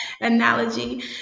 analogy